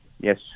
Yes